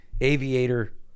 aviator